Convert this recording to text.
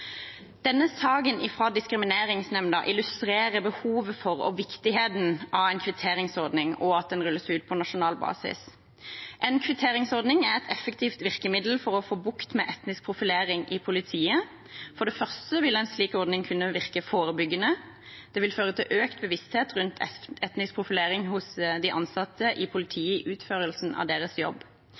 Denne saken fra Diskrimineringsnemnda illustrerer behovet for og viktigheten av en kvitteringsordning og at den rulles ut på nasjonal basis. En kvitteringsordning er et effektivt virkemiddel for å få bukt med etnisk profilering i politiet. For det første vil en slik ordning kunne virke forebyggende. Det vil føre til økt bevissthet rundt etnisk profilering hos de ansatte i politiet i utførelsen av deres jobb.